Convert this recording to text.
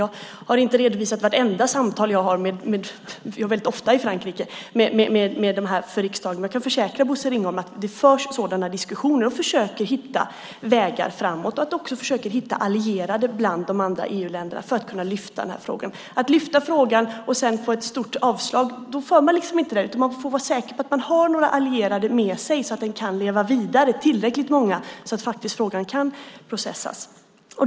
Jag har inte redovisat vartenda samtal jag haft med fransmännen för riksdagen, för jag är väldigt ofta i Frankrike. Men jag kan försäkra Bosse Ringholm att det förs sådana diskussioner för att försöka hitta vägar framåt och för att också hitta allierade bland de andra EU-länderna för att kunna lyfta fram den här frågan. Att lyfta fram frågan och sedan få ett starkt avslag ger inget resultat, utan man får vara säker på att man har tillräckligt många allierade med sig så att frågan kan processas.